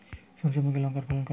সূর্যমুখী লঙ্কার ফলন কেমন?